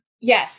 Yes